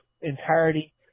entirety